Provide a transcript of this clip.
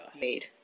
made